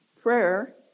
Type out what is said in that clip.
Prayer